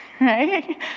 right